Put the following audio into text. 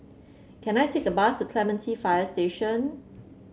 can I take a bus to Clementi Fire Station